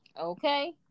Okay